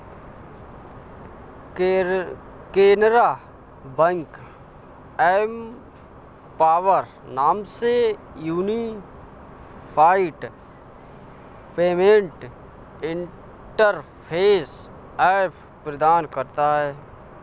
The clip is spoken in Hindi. केनरा बैंक एम्पॉवर नाम से यूनिफाइड पेमेंट इंटरफेस ऐप प्रदान करता हैं